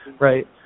Right